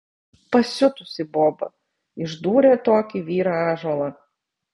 pasiutusi boba išdūrė tokį vyrą ąžuolą